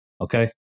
Okay